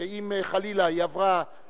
ואם חלילה היא עברה,